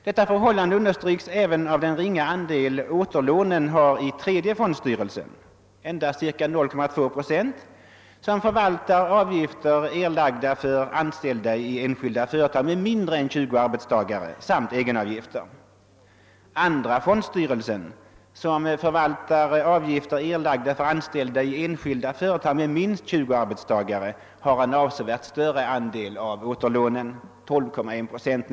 Detta förhållande understryks även av den ringa andel som återlånen har i tredje fondstyrelsen — endast ca 0,2 procent — som förvaltar avgifter, erlagda för anställda i enskilda företag med mindre än 20 arbetstagare samt egenavgifter. Andra fondstyrelsen, som förvaltar avgifter erlagda för anställda i enskilda företag med minst 20 arbetstagare, har en avsevärt större andel av återlånen, nämligen 12,1 procent.